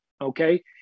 okay